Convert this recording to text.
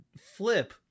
flip